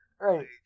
Right